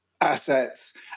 assets